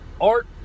art